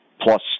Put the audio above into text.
plus